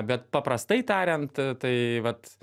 bet paprastai tariant tai vat